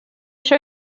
show